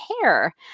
hair